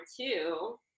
two